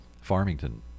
farmington